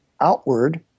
outward